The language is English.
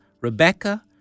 Rebecca